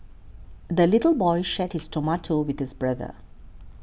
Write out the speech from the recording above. the little boy shared his tomato with his brother